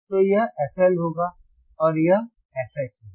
तो यह fL होगा और यह fH होगा